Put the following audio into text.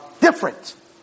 different